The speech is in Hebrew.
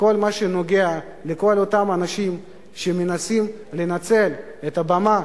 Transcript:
בכל מה שנוגע לכל אותם אנשים שמנסים לנצל את הבמה